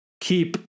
keep